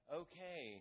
okay